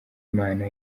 imana